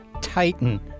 Titan